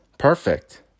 Perfect